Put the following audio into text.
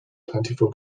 plentiful